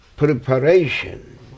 Preparation